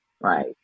right